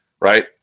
right